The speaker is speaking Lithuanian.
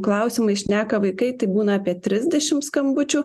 klausimais šneka vaikai tai būna apie trisdešim skambučių